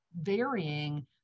varying